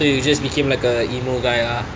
so you just became like a emotional guy ah